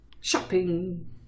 shopping